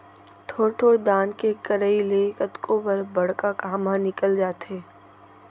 थोर थोर दान के करई ले कतको बर बड़का काम ह निकल जाथे